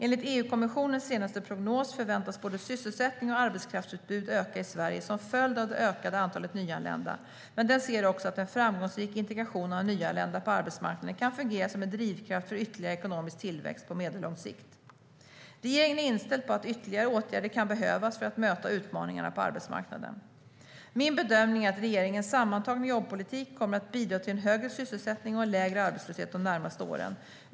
Enligt EU-kommissionens senaste prognos förväntas både sysselsättning och arbetskraftsutbud öka i Sverige som följd av det ökade antalet nyanlända, men den ser också att en framgångsrik integration av nyanlända på arbetsmarknaden kan fungera som en drivkraft för ytterligare ekonomisk tillväxt på medellång sikt. Regeringen är inställd på att ytterligare åtgärder kan behövas för att möta utmaningarna på arbetsmarknaden. Min bedömning är att regeringens sammantagna jobbpolitik kommer att bidra till en högre sysselsättning och en lägre arbetslöshet de närmaste åren.